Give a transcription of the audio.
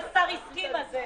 עזוב